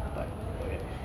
but whatever